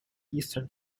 eastern